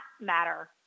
matter